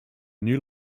new